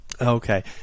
Okay